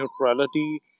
neutrality